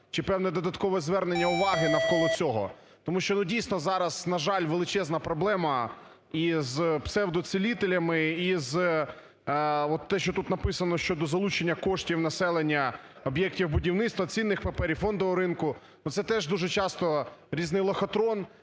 чи певне додаткове звернення уваги навколо цього. Тому що, ну, дійсно зараз, на жаль, величезна проблема і з псевдоцілителями, і з... От те, що тут написано: щодо залучення коштів населення, об'єктів будівництва, цінних паперів, фондового ринку, ну, це теж дуже часто різний лохотрон